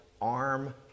arm